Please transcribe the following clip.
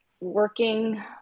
working